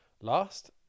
last